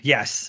Yes